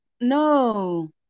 No